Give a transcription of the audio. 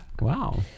Wow